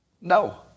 No